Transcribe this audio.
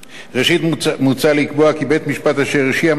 מוצע לקבוע כי בית-משפט אשר הרשיע מעסיק של עובד זר